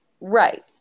Right